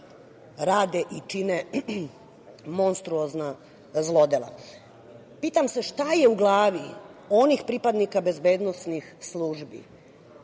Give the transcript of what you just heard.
rade i čine monstruozna zlodela. Pitam se šta je u glavi onih pripadnika bezbednosnih službi